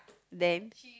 then